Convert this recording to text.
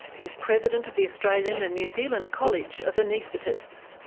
is president of the australian and new zealand college of anaesthetists.